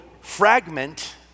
fragment